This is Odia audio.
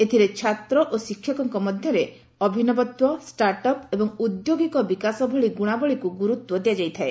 ଏଥିରେ ଛାତ୍ର ଓ ଶିକ୍ଷକଙ୍କ ମଧ୍ୟରେ ଅଭିନବତ୍ୱ ଷ୍ଟାର୍ଟଅପ୍ ଏବଂ ଉଦ୍ୟୋଗିକ ବିକାଶ ଭଳି ଗୁଣାବଳୀକୁ ଗୁରୁତ୍ୱ ଦିଆଯାଇଥାଏ